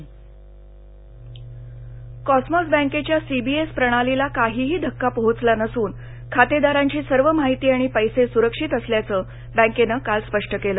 अंतर्यंत Cosmos बँकेच्या CBS प्रणालीला काहीही धक्का पोहोचला नसून खातेदारांची सर्व माहिती आणि पैसे सुरक्षित असल्याचं बँकेनं काल स्पष्ट केल